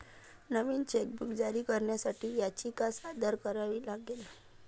नवीन chequebook जारी करण्यासाठी याचिका सादर करावी लागेल